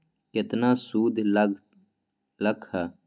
केतना सूद लग लक ह?